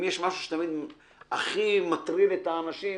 אם יש משהו שתמיד הכי מטריד את האנשים,